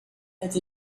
that